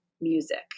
music